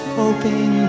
hoping